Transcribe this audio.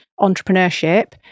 entrepreneurship